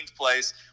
place